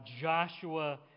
Joshua